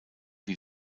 wie